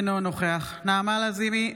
אינו נוכח נעמה לזימי,